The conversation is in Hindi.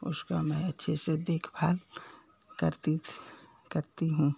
उसका मैं अच्छे से देखभाल करती करती हूँ